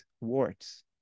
warts